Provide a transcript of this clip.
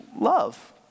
love